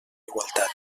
igualtat